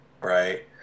right